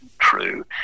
true